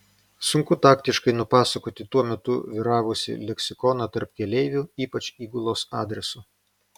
sunku taktiškai nupasakoti tuo metu vyravusį leksikoną tarp keleivių ypač įgulos adresu